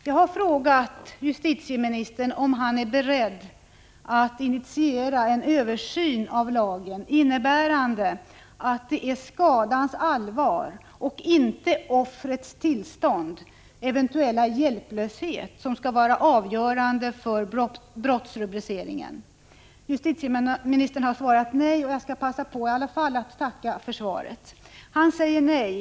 Jag har frågat justitieministern om han är beredd att initiera en översyn av lagen innebärande att det är skadans allvar och inte offrets tillstånd — eventuella hjälplöshet — som skall vara avgörande för brottsrubriceringen. Justitieministern har svarat nej på den frågan. Jag vill tacka för svaret på interpellationen.